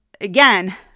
again